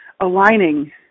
aligning